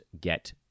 get